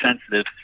sensitive